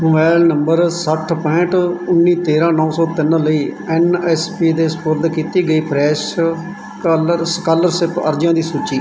mobile number ਸੱਠ ਪੈਂਹਠ ਉੱਨੀ ਤੇਰ੍ਹਾਂ ਨੌਂ ਸੌ ਤਿੰਨ ਲਈ ਐਨ ਐਸ ਪੀ 'ਤੇ ਸਪੁਰਦ ਕੀਤੀ ਗਈ ਫਰੈਸ਼ ਸਕਾਲਰ ਸਕਾਲਰਸ਼ਿਪ ਅਰਜ਼ੀਆਂ ਦੀ ਸੂਚੀ